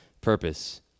purpose